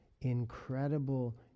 incredible